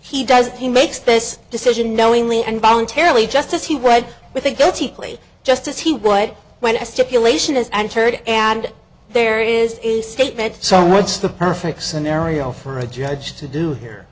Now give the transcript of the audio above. he does he makes this decision knowingly and voluntarily just as he read with a guilty plea just as he would when a stipulation is entered and there is a statement so what's the perfect scenario for a judge to do here